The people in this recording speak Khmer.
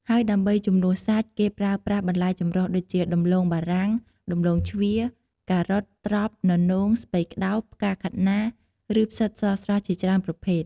ហើយដើម្បីជំនួសសាច់ គេប្រើប្រាស់បន្លែចម្រុះដូចជា ដំឡូងបារាំង ដំឡូងជ្វា ការ៉ុត ត្រប់ ននោង ស្ពៃក្ដោប ផ្កាខាត់ណា ឬផ្សិតស្រស់ៗជាច្រើនប្រភេទ។